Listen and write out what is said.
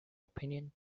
opinion